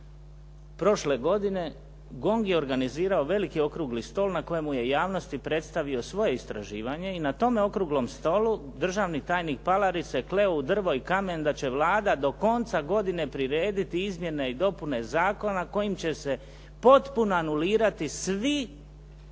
prošle godine GONG je organizirao veliki okrugli stol na kojem je u javnosti predstavio svoje istraživanje i na tome okruglom stolu državni tajnik Palarić se kleo u drvo i kamen da će Vlada do konca godine prirediti izmjene i dopune zakona kojim će se potpuno anulirati svi